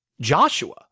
joshua